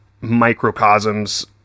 microcosms